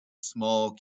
small